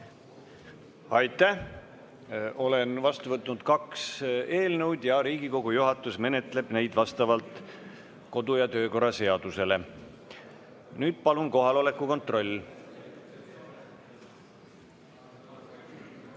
Aitäh! Olen vastu võtnud kaks eelnõu ja Riigikogu juhatus menetleb neid vastavalt kodu- ja töökorra seadusele. Nüüd teeme palun kohaloleku kontrolli.